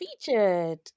featured